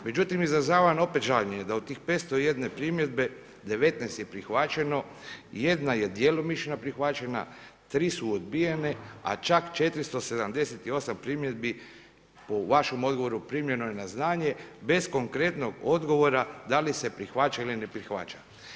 Međutim, izražavam opet žaljenje, da od tih 501 primjedbe, 19 je prihvaćeno, 1 je djelomično prihvaćeno, 3 su odbijene, a čak 478 primjedbi po vašem odgovoru primljeno je na znanje, bez konkretnog odgovora da li se prihvaća ili ne prihvaća.